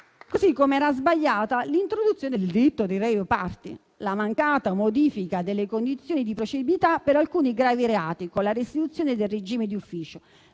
Così come era sbagliata l'introduzione del delitto di *rave party*, la mancata modifica delle condizioni di procedibilità per alcuni gravi reati, con la restituzione del regime di ufficio,